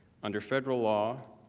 under federal law,